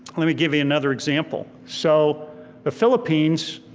let me give you another example. so the philippines,